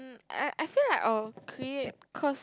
I I feel like I'll create cause